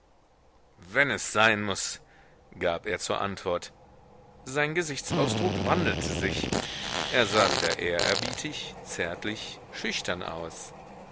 wenn es sein muß gab er zur antwort sein gesichtsausdruck wandelte sich er sah wieder ehrerbietig zärtlich schüchtern aus